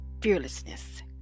fearlessness